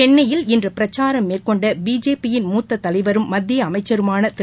சென்னையில் இன்று பிரச்சாரம் மேற்கொண்ட பிஜேபியின் முத்த தலைவரும் மத்திய அமைச்சருமாள திரு